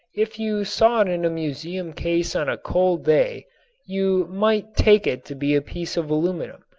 if you saw it in a museum case on a cold day you might take it to be a piece of aluminum,